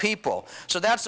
people so that's